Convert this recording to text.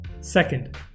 Second